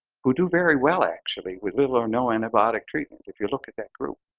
who do very well actually with little or no antibiotic treatment. if you look at that group,